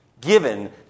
given